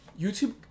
YouTube